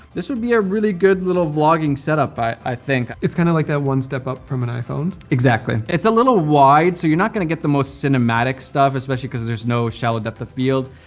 this would be a really good little vlogging setup, i i think. it's kind of like that one step up from an iphone. exactly. it's a little wide, so you're not gonna get the most cinematic stuff, especially because there's no shallow depth of field.